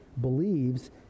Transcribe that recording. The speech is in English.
believes